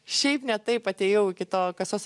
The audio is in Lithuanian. šiaip ne taip atėjau iki to kasos